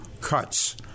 cuts